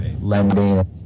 lending